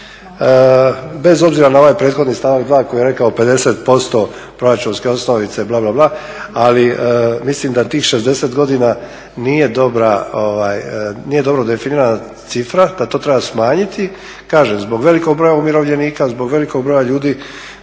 bez obzira na ovaj prethodni stavak 2.koji je rekao 50% proračunske osnovice bla, bla, bla ali mislim da tih 60 godina nije dobro definira cifra da to treba smanjiti, kažem zbog velikog broja umirovljenika, zbog velikog broja ljudi